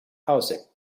housing